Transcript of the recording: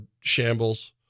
shambles